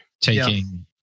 taking